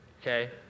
okay